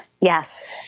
Yes